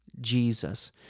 Jesus